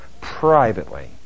privately